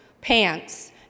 pants